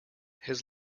his